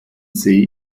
see